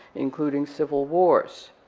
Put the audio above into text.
including civil wars,